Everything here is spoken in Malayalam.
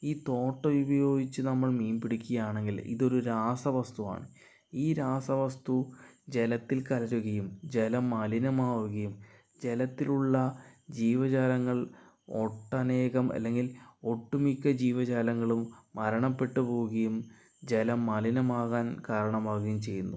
ഈ തോട്ട ഉപയോഗിച്ച് നമ്മൾ മീൻ പിടിക്കുകയാണെങ്കിൽ ഇതൊരു രാസവസ്തുവാണ് ഈ രാസവസ്തു ജലത്തിൽ കലരുകയും ജലം മലിനമാവുകയും ജലത്തിലുള്ള ജീവജാലങ്ങൾ ഒട്ടനേകം അല്ലെങ്കിൽ ഒട്ടുമിക്ക ജീവജാലങ്ങളും മരണപ്പെട്ടു പോവുകയും ജലം മലിനമാകാൻ കാരണമാവുകയും ചെയ്യുന്നു